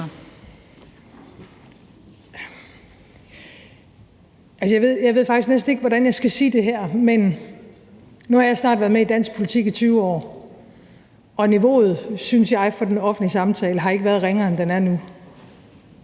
jeg ved faktisk næsten ikke, hvordan jeg skal sige det her. Nu har jeg snart været med i dansk politik i 20 år, og niveauet for den offentlige samtale synes jeg ikke har været ringere, end det er nu.